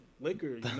liquor